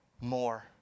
more